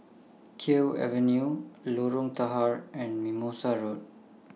Kew Avenue Lorong Tahar and Mimosa Road